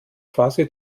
quasi